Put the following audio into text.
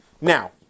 now